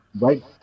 Right